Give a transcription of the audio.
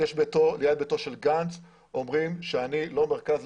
יש הפגנה ליד ביתו של גנץ ואומרים שאני לא מרכז,